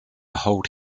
hold